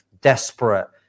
desperate